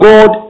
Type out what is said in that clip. God